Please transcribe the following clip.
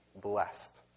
blessed